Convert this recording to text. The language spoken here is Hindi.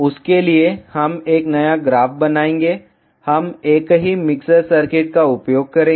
उसके लिए हम एक नया ग्राफ बनाएंगे हम एक ही मिक्सर सर्किट का उपयोग करेंगे